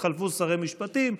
התחלפו שרי המשפטים,